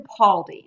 Capaldi